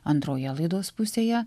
antroje laidos pusėje